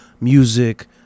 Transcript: music